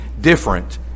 different